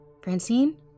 Francine